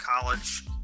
College –